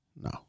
No